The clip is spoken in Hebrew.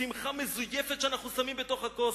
שמחה מזויפת שאנחנו שמים בתוך הכוס.